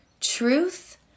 truth